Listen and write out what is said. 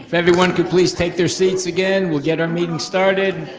everyone could please take their seats again, we'll get our meeting started.